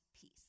peace